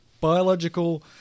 biological